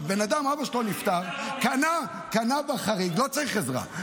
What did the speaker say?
בן אדם, אבא שלו נפטר ----- לא צריך עזרה.